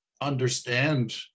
understand